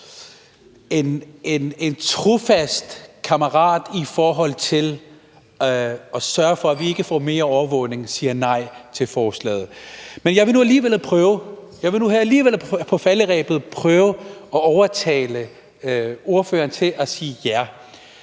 en trofast kammerat i forhold til at sørge for, at vi ikke får mere overvågning, siger nej til forslaget. Men her på falderebet vil jeg nu alligevel prøve at overtale ordføreren til at sige ja.